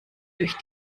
durch